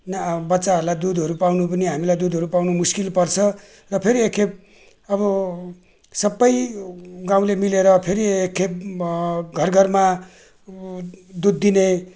न बच्चाहरूलाई दुधहरू पाउनु पनि हामीलाई दुधहरू पाउनु मुस्किल पर्छ र फेरि एकखेप अब सबै गाउँले मिलेर फेरि एकखेप घरघरमा दुध दिने